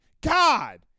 God